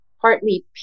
partly